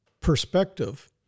perspective